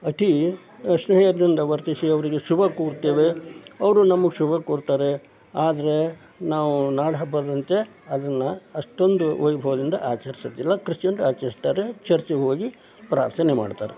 ಅತಿ ಸ್ನೇಹದಿಂದ ವರ್ತಿಸಿ ಅವರಿಗೆ ಶುಭ ಕೋರ್ತೇವೆ ಅವರು ನಮ್ಗೆ ಶುಭ ಕೋರ್ತಾರೆ ಆದರೆ ನಾವು ನಾಡ ಹಬ್ಬದಂತೆ ಅದನ್ನು ಅಷ್ಟೊಂದು ವೈಭವದಿಂದ ಆಚರ್ಸೋದಿಲ್ಲ ಕ್ರಿಶ್ಚಿಯನ್ರು ಆಚರಿಸ್ತಾರೆ ಚರ್ಚ್ಗೆ ಹೋಗಿ ಪ್ರಾರ್ಥನೆ ಮಾಡ್ತಾರೆ